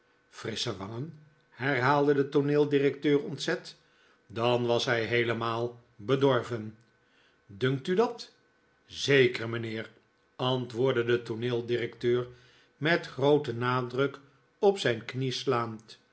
frissche wangen herhaalde de tooneeldirecteur ontzet dan was hij heelemaal bedorven rr dunkt u dat zeker mijnheer antwoordde de tooneeldirecteur met grooten nadruk op zijn knie slaand